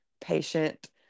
patient